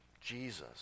Jesus